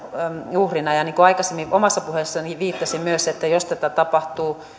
uhrina niin kuin aikaisemmin omassa puheessani viittasin myös että jos tätä tapahtuu